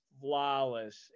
flawless